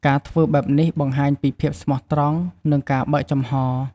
ការធ្វើបែបនេះបង្ហាញពី ភាពស្មោះត្រង់ និងការបើកចំហ។